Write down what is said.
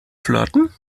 flirten